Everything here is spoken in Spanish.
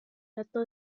trató